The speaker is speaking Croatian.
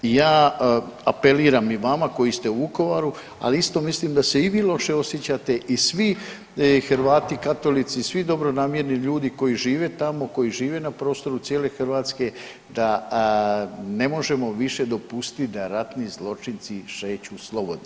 I ja apeliram i vama koji ste u Vukovaru, ali isto mislim da se i vi loše osjećate i svi Hrvati katolici, svi dobronamjerni ljudi koji žive tamo, koji žive na prostoru cijele Hrvatske da ne možemo više dopustiti da ratni zločinci šeću slobodno.